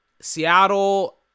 Seattle